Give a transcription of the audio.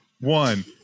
one